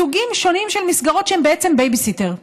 סוגים שונים של מסגרות שהן בעצם בייביסיטר,